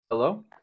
Hello